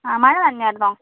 മഴ നനഞ്ഞായിരുന്നോ